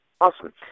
Awesome